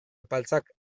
epaltzak